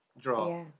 draw